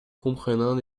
comprenant